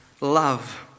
love